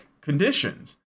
conditions